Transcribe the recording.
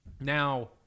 Now